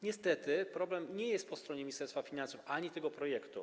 Niestety problem nie leży po stronie Ministerstwa Finansów ani tego projektu.